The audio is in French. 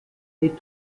est